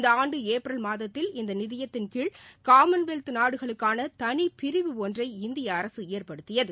இந்த ஆண்டு ஏப்ரல் மாதத்தில் இந்த நிதியத்தின் கீழ் காமன்வெல்த் நாடுகளுக்கான தனி பிரிவு ஒன்றை இந்திய அரசு ஏற்படுத்தியது